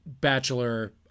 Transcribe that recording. Bachelor